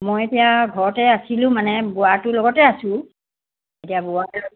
মই এতিয়া ঘৰতে আছিলোঁ মানে বুঢ়াটোৰ লগতে আছোঁ এতিয়া বুঢ়া